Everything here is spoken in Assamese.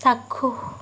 চাক্ষুষ